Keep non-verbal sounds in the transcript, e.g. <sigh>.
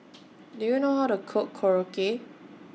<noise> Do YOU know How to Cook Korokke